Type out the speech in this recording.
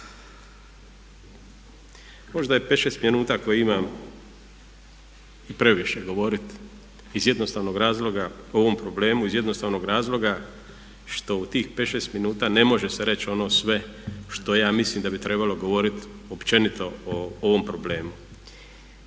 Možda je 5, 6 minuta koje imam i previše govoriti iz jednostavnog razloga o ovom problemu, iz jednostavnog razloga što u tih 5, 6 minuta ne može se reći ono sve što ja mislim da bi trebalo govoriti općenito o ovom problemu.